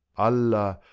allah,